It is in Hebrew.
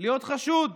להיות חשוד?